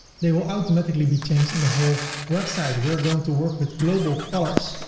they will automatically be changed in the whole website. we're going to work with global colors.